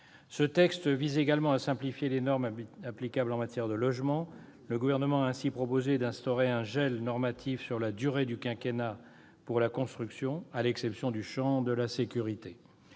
Ce texte vise également à simplifier les normes applicables en matière de logement. Le Gouvernement a ainsi proposé d'instaurer un gel normatif sur la durée du quinquennat pour la construction, à l'exception du champ de la sécurité.